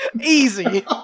Easy